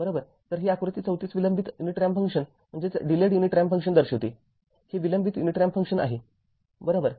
तर ही आकृती ३४ विलंबित युनिट रॅम्प फंक्शन दर्शवते हे विलंबित युनिट रॅम्प फंक्शन आहे बरोबर